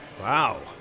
Wow